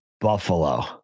Buffalo